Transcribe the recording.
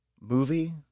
movie